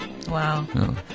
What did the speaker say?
Wow